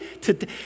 today